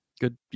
good